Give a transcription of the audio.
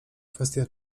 kwestia